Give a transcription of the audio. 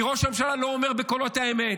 כי ראש הממשלה לא אומר בקולו את האמת.